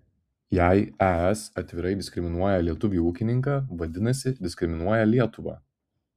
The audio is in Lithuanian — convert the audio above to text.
jei es atvirai diskriminuoja lietuvį ūkininką vadinasi diskriminuoja lietuvą